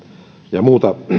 ja muuta